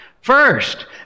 First